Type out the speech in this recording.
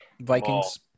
Vikings